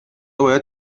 باید